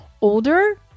older